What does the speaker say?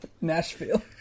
Nashville